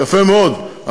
יפה מאוד,